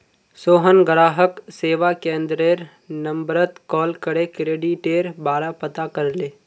सोहन ग्राहक सेवा केंद्ररेर नंबरत कॉल करे क्रेडिटेर बारा पता करले